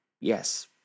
yes